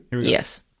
Yes